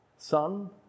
Son